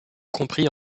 compris